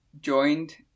joined